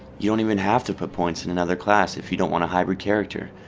you don't even have to put points in another class if you don't want a hybrid character,